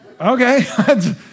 Okay